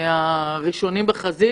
הראשונים בחזית.